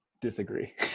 Disagree